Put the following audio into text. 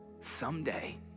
Someday